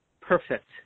perfect